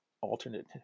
alternate